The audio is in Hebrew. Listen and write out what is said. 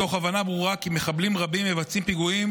מתוך הבנה ברורה כי מחבלים רבים מבצעים פיגועים